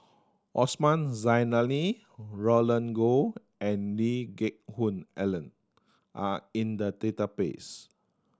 Osman Zailani Roland Goh and Lee Geck Hoon Ellen are in the database